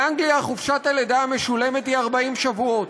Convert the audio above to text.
באנגליה חופשת הלידה המשולמת היא 40 שבועות.